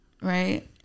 Right